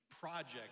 project